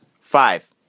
Five